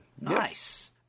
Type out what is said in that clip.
Nice